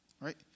Right